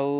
ଆଉ